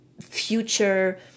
future